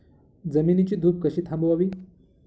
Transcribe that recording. जमिनीची धूप कशी थांबवावी?